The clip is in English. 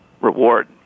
reward